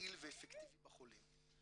יעיל ואפקטיבי בחולים.